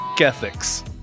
Ethics